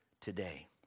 today